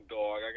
dog